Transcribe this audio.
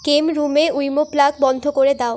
game রুমে Wemo plug বন্ধ করে দাও